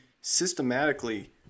systematically